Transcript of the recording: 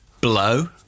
Blow